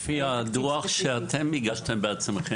סיכמתי לפי הדו"ח שאתם הגשתם בעצמם